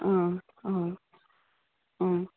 ꯑꯥ ꯑꯥ ꯎꯝ